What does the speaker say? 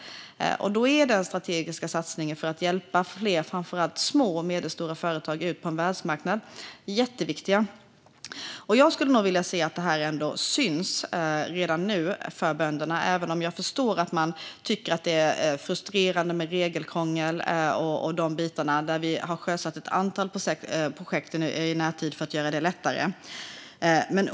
Den strategiska satsningen för att hjälpa fler företag, framför allt små och medelstora sådana, ut på världsmarknaden är jätteviktig. Jag skulle vilja säga att detta syns för bönderna redan nu, även om jag förstår att man tycker att det är frustrerande med regelkrångel och sådana bitar. Vi har i närtid sjösatt ett antal projekt för att göra det lättare.